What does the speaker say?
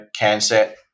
CANSET